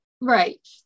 Right